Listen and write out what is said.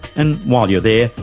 and while you're there,